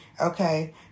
Okay